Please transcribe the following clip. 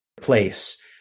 place